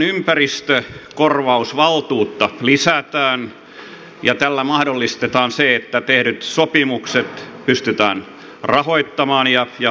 myös maatalouden ympäristökorvausvaltuutta lisätään ja tällä mahdollistetaan se että tehdyt sopimukset pystytään rahoittamaan ja hoitamaan